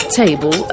table